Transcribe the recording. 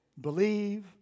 believe